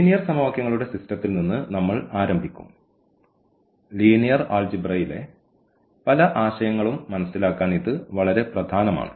linear സമവാക്യങ്ങളുടെ സിസ്റ്റത്തിൽ നിന്ന് നമ്മൾ ആരംഭിക്കും ലീനിയർ ആൾജിബ്രയിലെ പല ആശയങ്ങളും മനസിലാക്കാൻ ഇത് വളരെ പ്രധാനമാണ്